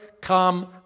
come